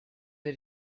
did